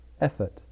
effort